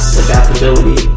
adaptability